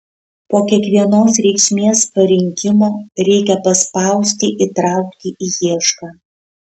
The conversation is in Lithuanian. po kiekvienos reikšmės parinkimo reikia paspausti įtraukti į iešką